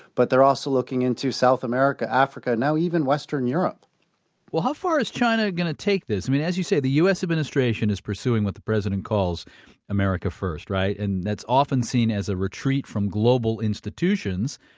but they're also looking into south america, africa, now even western europe well, how far is china going to take this? i mean, as you say, the u s. administration is pursuing what the president calls america first, right? and that's often seen as a retreat from global institutions,